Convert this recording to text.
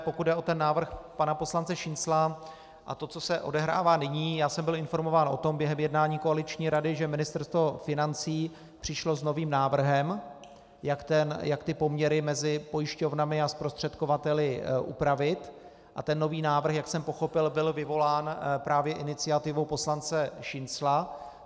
Pokud jde o ten návrh pana poslance Šincla a to, co se odehrává nyní, byl jsem informován o tom během jednání koaliční rady, že Ministerstvo financí přišlo s novým návrhem, jak poměry mezi pojišťovnami a zprostředkovateli upravit, a ten nový návrh, jak jsem pochopil, byl vyvolán právě iniciativou poslance Šincla.